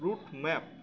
route map